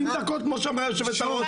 40 דקות כמו שאומרת יושבת הראש,